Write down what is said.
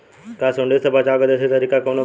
का सूंडी से बचाव क देशी तरीका कवनो बा?